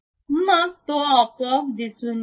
मग तो आपोआप दिसून येईल